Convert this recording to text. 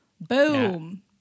Boom